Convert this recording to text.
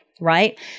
Right